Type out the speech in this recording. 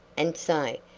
and say,